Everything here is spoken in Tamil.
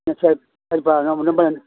ம் சேரி சரிப்பா நொம் ரொம்ப நன்